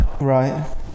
Right